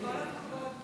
סעיפים 1 3